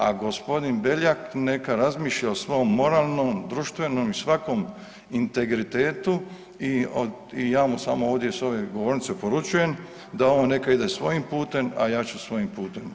A gospodin Beljak neka razmišlja o svom moralnom, društvenom i svakom integritetu i ja mu samo ovdje sa ove govornice poručujem da on neka ide svojim putem, a ja ću svojim putem.